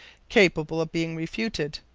capable of being refuted.